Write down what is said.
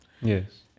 Yes